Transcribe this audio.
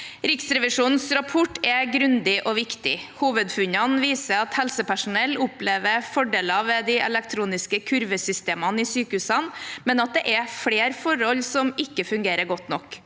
Riksrevisjonens rapport er grundig og viktig. Hovedfunnene viser at helsepersonell opplever fordeler ved de elektroniske kurvesystemene i sykehusene, men at det er flere forhold som ikke fungerer godt nok.